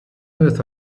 earth